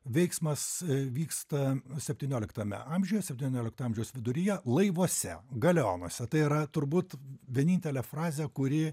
veiksmas vyksta septynioliktame amžiuje septyniolikto amžiaus viduryje laivuose galeonuose tai yra turbūt vienintelė frazė kuri